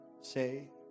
say